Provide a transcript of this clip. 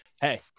Hey